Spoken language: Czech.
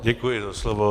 Děkuji za slovo.